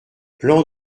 plan